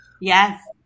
Yes